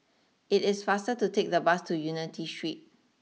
it is faster to take the bus to Unity Street